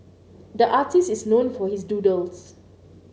the artist is known for his doodles